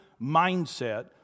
mindset